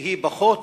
שהיא פחות